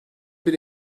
bir